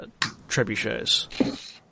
trebuchets